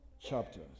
chapters